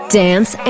dance